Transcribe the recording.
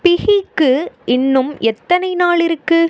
பிஹுக்கு இன்னும் எத்தனை நாள் இருக்குது